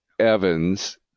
Evans